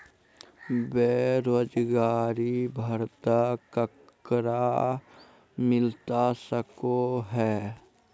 बेरोजगारी भत्ता ककरा मिलता सको है?